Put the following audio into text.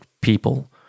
people